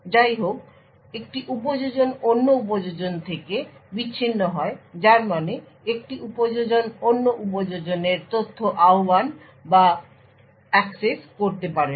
যাইহোক একটি উপযোজন অন্য উপযোজন থেকে বিচ্ছিন্ন হয় যার মানে একটি উপযোজন অন্য উপযোজনের তথ্য আহবান বা অ্যাক্সেস করতে পারে না